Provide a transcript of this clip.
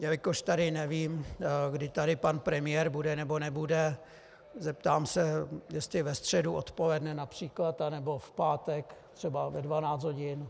Jelikož nevím, kdy tady pan premiér bude nebo nebude, zeptám se, jestli ve středu odpoledne například nebo v pátek třeba ve 12 hodin.